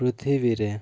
ପୃଥିବୀରେ